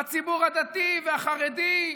בציבור הדתי והחרדי,